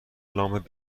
لامپ